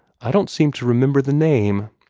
i don't seem to remember the name.